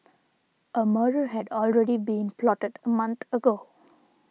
a murder had already been plotted a month ago